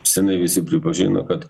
senai visi pripažino kad